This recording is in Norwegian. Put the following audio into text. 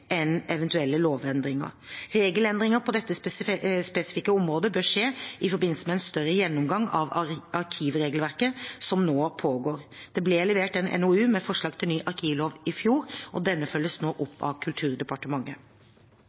enn eventuelle lovendringer. Regelendringer på dette spesifikke området bør skje i forbindelse med en større gjennomgang av arkivregelverket som nå pågår. Det ble levert en NOU med forslag til ny arkivlov i fjor, og denne følges nå opp av Kulturdepartementet.